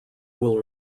will